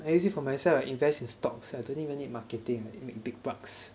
I use it for myself I invest in stocks I don't even need marketing make big bucks